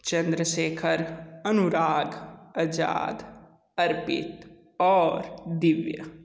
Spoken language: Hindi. चंद्रशेखर अनुराग आज़ाद अर्पित और दिव्या